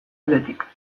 aldetik